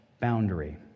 boundary